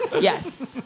Yes